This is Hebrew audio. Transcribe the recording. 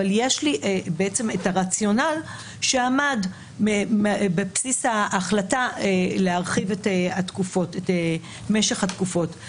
אבל יש לי את הרציונל שעמד בבסיס ההחלטה להרחיב את משך התקופות.